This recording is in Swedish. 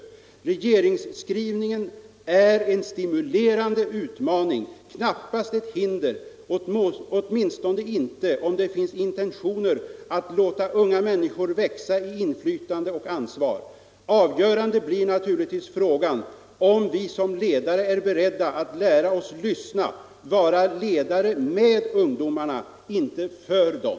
——— Då är närmast regeringsskrivningen en stimulerande utmaning, knappast ett hinder, åtminstone inte om det finns intentioner att låta unga människor växa i inflytande och ansvar. 147 Avgörande blir naturligtvis frågan om vi som ledare är beredda att lära oss lyssna, vara ledare med ungdomarna, inte för dem.”